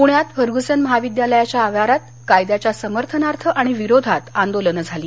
पृण्यात फर्गसन महाविद्यालयाच्या आवारात कायद्याच्या समर्थनार्थ आणि विरोधात आंदोलनं झाली